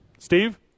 Steve